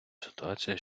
ситуація